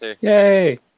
Yay